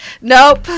nope